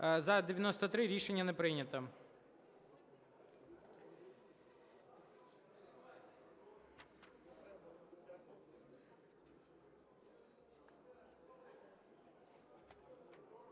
За – 79. Рішення не прийнято.